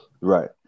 Right